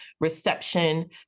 reception